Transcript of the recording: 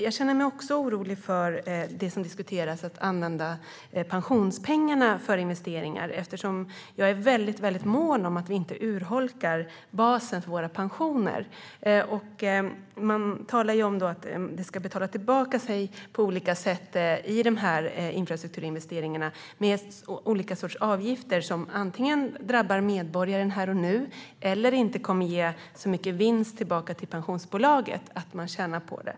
Jag känner mig också orolig för det som diskuteras om att använda pensionspengarna för investeringar, eftersom jag är mån om att vi inte urholkar basen för våra pensioner. Det talas om att infrastrukturinvesteringarna ska betala sig med olika sorters avgifter som antingen drabbar medborgaren här och nu eller som inte kommer att ge så mycket vinst tillbaka till pensionsbolaget att man tjänar på det.